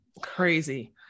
crazy